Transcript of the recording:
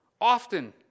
often